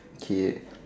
okay